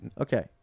okay